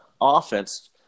offense